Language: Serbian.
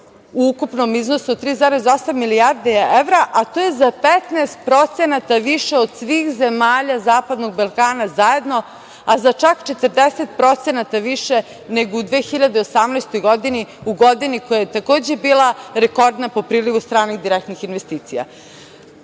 u ukupnom iznosu od 3,8 milijardi evra, a to je za 15% više od svih zemalja zapadnog Balkana zajedno, a za čak 40% više nego u 2018. godini, u godini koja je takođe bila rekordna po prilivu stranih direktnih investicija. Strani